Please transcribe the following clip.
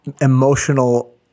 emotional